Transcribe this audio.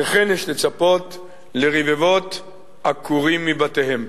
וכן יש לצפות לרבבות עקורים מבתיהם.